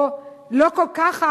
או לא כל כך אהב,